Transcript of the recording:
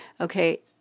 Okay